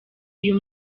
uyu